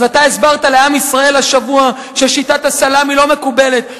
אז אתה הסברת לעם ישראל השבוע ששיטת הסלאמי לא מקובלת.